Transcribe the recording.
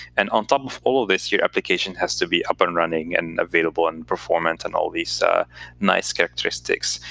and on top of all of this, your application has to be up and running, and available, and performance, and all these nice characteristics.